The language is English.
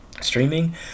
Streaming